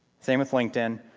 same with linkedin,